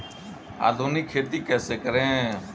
आधुनिक खेती कैसे करें?